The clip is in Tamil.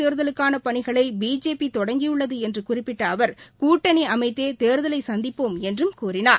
தேர்தலுக்கானபணிகளைபிஜேபிதொடங்கியுள்ளதுஎன்றுகுறிப்பிட்டஅவர் மக்களவைத் கூட்டணிஅமைத்தேதேர்தலைசந்திப்போம் என்றும் கூறினார்